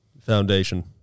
Foundation